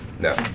No